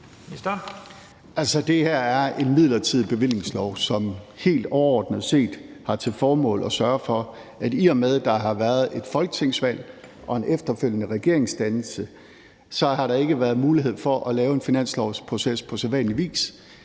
til en midlertidig bevillingslov, som helt overordnet set har til formål – i og med at der har været et folketingsvalg og en efterfølgende regeringsdannelse, så der ikke har været mulighed for at lave en finanslovsproces på sædvanlig vis